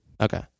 Okay